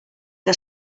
que